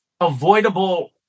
avoidable